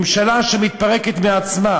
ממשלה שמתפרקת מעצמה,